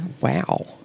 Wow